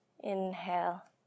inhale